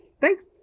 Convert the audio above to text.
Thanks